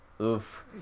Oof